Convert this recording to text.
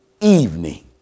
evening